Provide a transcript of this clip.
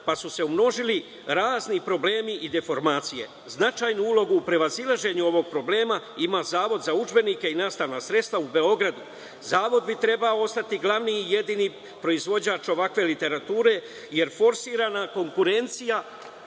pa su se umnožili razni problemi i deformacije. Značajnu ulogu prevazilaženju ovog problema ima Zavod za udžbenike i nastavna sredstva Beograd. Zavod bi trebao ostati glavni i jedini proizvođač ovakve literature jer forsirana konkurencija